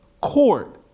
court